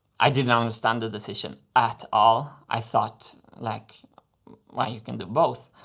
i didn't understand the decision at all. i thought like why? you can do both.